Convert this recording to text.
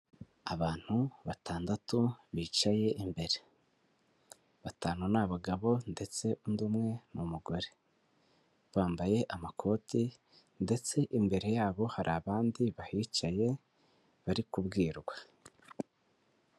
Abantu batandatu bicaye imbere batanu n'abagabo, ndetse undi umwe n'umugore bambaye amakoti, ndetse imbere yabo hari abandi bahicaye bari kubwirwa.